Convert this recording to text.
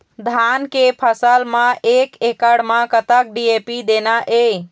धान के फसल म एक एकड़ म कतक डी.ए.पी देना ये?